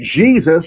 Jesus